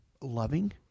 loving